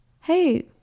hey